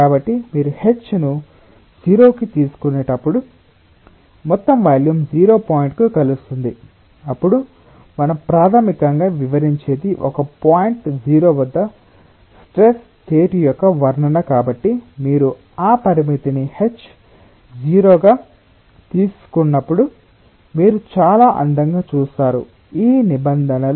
కాబట్టి మీరు h ను 0 కి తీసుకునేటప్పుడు మొత్తం వాల్యూమ్ O పాయింట్కు కలుస్తుంది అప్పుడు మనం ప్రాథమికంగా వివరించేది ఒక పాయింట్ O వద్ద స్ట్రెస్ స్టేట్ యొక్క వర్ణన కాబట్టి మీరు ఆ పరిమితిని h 0 గా తీసుకున్నప్పుడు మీరు చాలా అందంగా చూస్తారు ఈ నిబంధనలు 0 గా ఉంటాయి